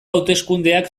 hauteskundeak